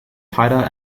tighter